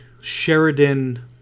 Sheridan